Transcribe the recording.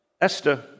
Esther